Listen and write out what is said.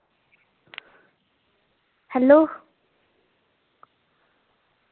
hello